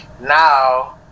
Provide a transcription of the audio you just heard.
now